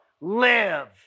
live